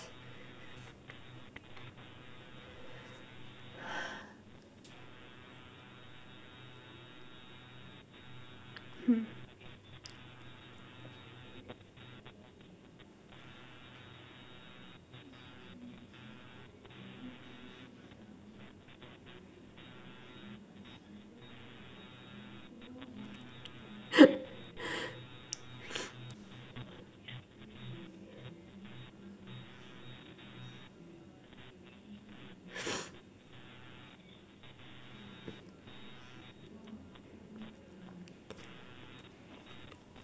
hmm